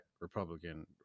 Republican